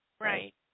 Right